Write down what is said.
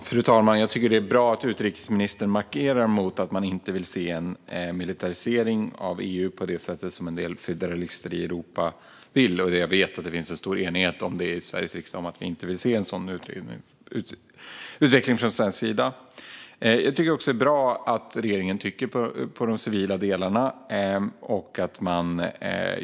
Fru talman! Det är bra att utrikesministern markerar att regeringen inte vill se en militarisering av EU på det sätt som en del federalister i Europa vill, och jag vet att det råder stor enighet i Sveriges riksdag om att vi inte vill se en sådan utveckling. Det är också bra att regeringen trycker på de civila delarna.